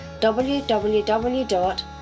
www